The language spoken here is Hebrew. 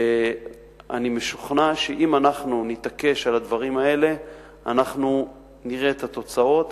ואני משוכנע שאם נתעקש על הדברים האלה אנחנו נראה את התוצאות,